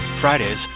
Fridays